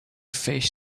fish